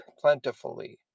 plentifully